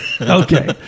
Okay